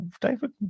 David